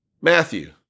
Matthew